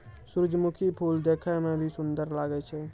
सुरजमुखी फूल देखै मे भी सुन्दर लागै छै